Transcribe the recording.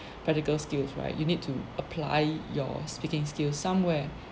practical skills right you need to apply your speaking skills somewhere